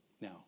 now